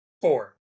Four